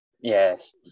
Yes